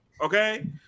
Okay